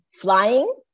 flying